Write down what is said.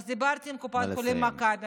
אז דיברתי עם קופת חולים מכבי.